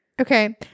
Okay